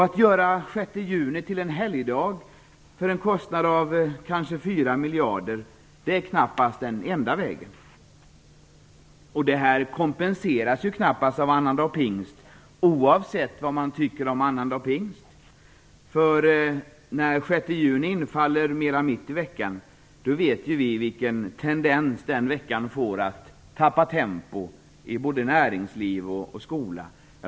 Att göra den 6 juni till den helgdag för en kostnad av kanske 4 miljarder är knappast den enda vägen. Det kompenseras knappast av annandag pingst, oavsett vad man tycker om annandag pingst. När den 6 juni infaller mer mitt i veckan vet vi vilken tendens den veckan får att tappa tempo i både näringsliv och skola.